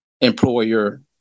employer